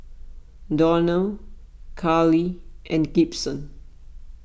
Donnell Karley and Gibson